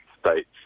state's